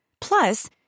Plus